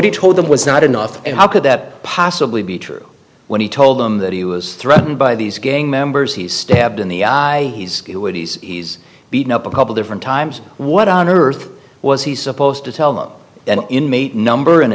he told them was not enough and how could that possibly be true when he told them that he was threatened by these gang members he stabbed in the eye he's beaten up a couple different times what on earth was he supposed to tell them an inmate number